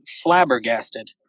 flabbergasted